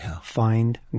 find